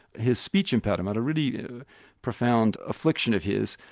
his speech impediment, a really profound affliction of his,